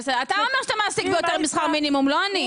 אתה אומר שאתה מעסיק ביותר משכר מינימום, לא אני.